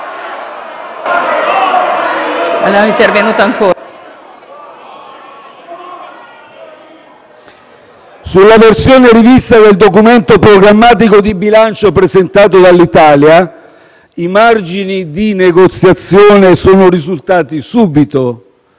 sulla versione rivista del documento programmatico di bilancio presentato dall'Italia, i margini di negoziazione sono risultati subito